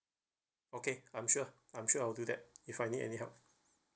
okay I'm sure I'm sure I'll do that if I need any help